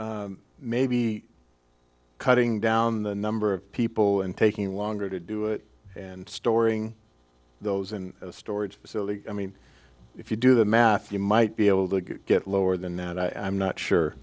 maybe cutting down the number of people and taking longer to do it and storing those in a storage facility i mean if you do the math you might be able to get lower than that i'm not